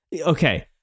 okay